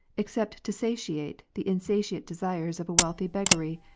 except to satiate the insatiate desires of a wealthy beggary,